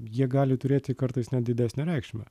jie gali turėti kartais net didesnę reikšmę